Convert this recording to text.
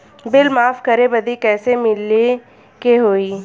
Bill माफ करे बदी कैसे मिले के होई?